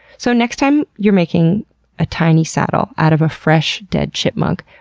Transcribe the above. so, next time you're making a tiny saddle out of a fresh, dead chipmunk,